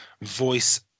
voice